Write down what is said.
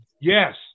Yes